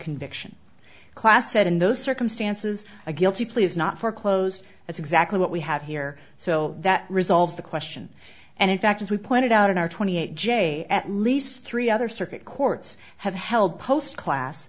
conviction class said in those circumstances a guilty plea is not foreclosed that's exactly what we have here so that resolves the question and in fact as we pointed out in our twenty eight j at least three other circuit courts have held post class